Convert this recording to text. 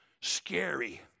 Scary